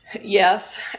Yes